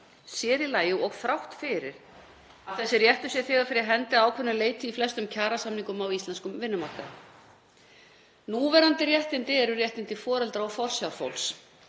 sér í lagi og þrátt fyrir að þessi réttur sé þegar fyrir hendi að ákveðnu leyti í flestum kjarasamningum á íslenskum vinnumarkaði. Núverandi réttindi eru réttindi foreldra og forsjárfólks.